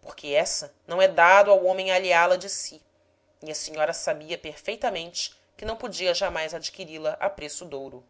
porque essa não é dado ao homem alheá la de si e a senhora sabia perfeitamente que não podia jamais adquiri la a preço douro